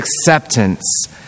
acceptance